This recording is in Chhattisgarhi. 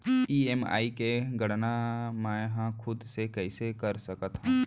ई.एम.आई के गड़ना मैं हा खुद से कइसे कर सकत हव?